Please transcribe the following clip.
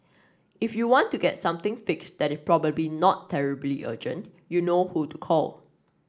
if you want to get something fixed that it probably not terribly urgent you know who to call